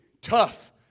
tough